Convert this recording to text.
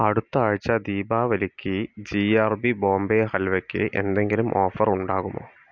അടുത്ത ആഴ്ച ദീപാവലിക്ക് ജി ആർ ബി ബോംബെ ഹൽവയ്ക്ക് എന്തെങ്കിലും ഓഫർ ഉണ്ടാകുമോ